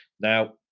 Now